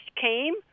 came